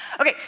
okay